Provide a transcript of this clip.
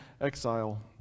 exile